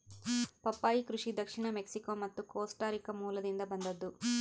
ಪಪ್ಪಾಯಿ ಕೃಷಿ ದಕ್ಷಿಣ ಮೆಕ್ಸಿಕೋ ಮತ್ತು ಕೋಸ್ಟಾರಿಕಾ ಮೂಲದಿಂದ ಬಂದದ್ದು